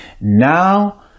Now